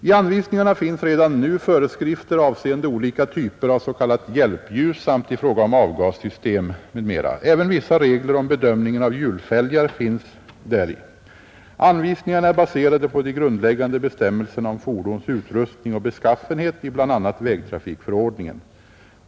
I anvisningarna finns redan nu föreskrifter avseende olika typer av s.k. hjälpljus samt i fråga om avgassystem m.m. Även vissa regler om bedömningen av hjulfälgar finns däri. Anvisningarna är baserade på de grundläggande bestämmelserna om fordons utrustning och beskaffenhet i bl.a. vägtrafikförordningen.